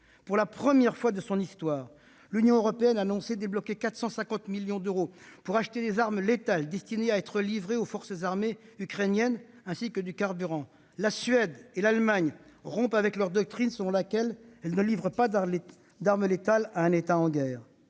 Pour la première fois de son histoire, l'Union européenne a annoncé débloquer 450 millions d'euros pour acheter des armes létales destinées à être livrées aux forces armées ukrainiennes, ainsi que du carburant. La Suède et l'Allemagne rompent avec leur doctrine selon laquelle elles ne livrent pas d'armes létales à un État en guerre.